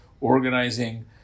organizing